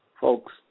folks